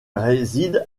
réside